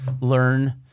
learn